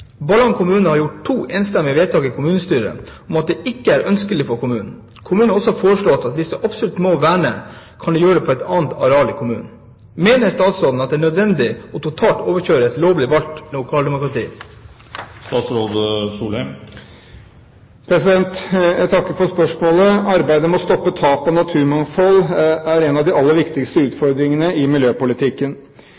Ballangen kommune har gjort to enstemmige vedtak i kommunestyret om at dette ikke er ønskelig for kommunen. Kommunen har også foreslått at hvis de absolutt må verne, kunne de gjøre det på et annet areal i kommunen. Mener statsråden at det er nødvendig totalt å overkjøre et lovlig valgt lokaldemokrati?» Jeg takker for spørsmålet. Arbeidet med å stoppe tapet av naturmangfoldet er en av de aller viktigste